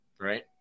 right